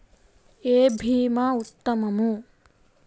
ఏ భీమా ఉత్తమము?